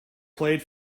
played